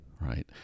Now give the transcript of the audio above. right